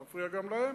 זה מפריע גם להם.